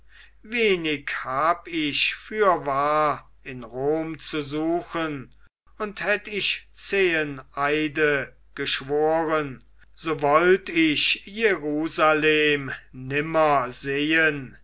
wenig hab ich fürwahr in rom zu suchen und hätt ich zehen eide geschworen so wollt ich jerusalem nimmer sehen